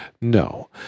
no